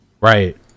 right